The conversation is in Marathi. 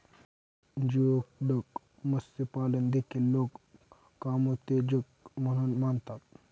जिओडक मत्स्यपालन देखील लोक कामोत्तेजक म्हणून मानतात